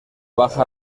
baja